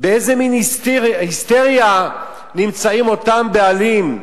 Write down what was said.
באיזה מין היסטריה אותם בעלים נמצאים?